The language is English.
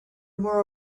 more